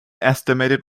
estimated